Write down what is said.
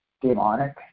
demonic